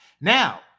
Now